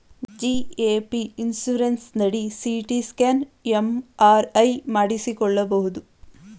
GAP insurance ನಡಿ CT scan, MRI ಮಾಡಿಸಿಕೊಳ್ಳಬಹುದು